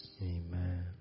Amen